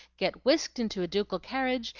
get whisked into a ducal carriage,